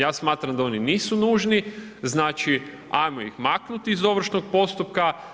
Ja smatram da oni nisu nužni, znači ajmo ih maknuti iz ovršnog postupka.